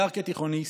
הדר, כתיכוניסט,